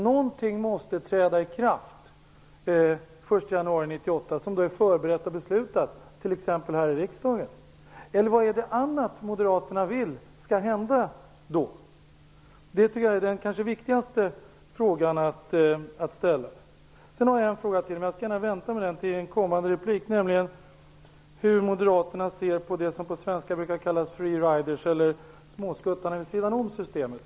Någonting som är förberett och beslutat, t.ex. här i riksdagen, måste träda i kraft den 1 januari 1998. Eller är det något annat moderaterna vill skall hända då? Jag tycker att det kanske är den viktigaste frågan att ställa. Sedan har jag en fråga till, som jag gärna kan vänta med till en kommande replik, nämligen hur moderaterna ser på det som brukar kallas free raiders, eller "småskuttarna" vid sidan av systemet.